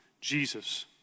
Jesus